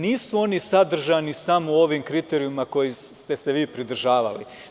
Nisu oni sadržani samo u ovim kriterijumima kojih ste se vi pridržavali.